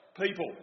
people